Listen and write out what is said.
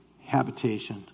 habitation